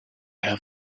have